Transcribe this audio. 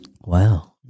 Wow